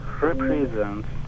represents